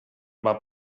bat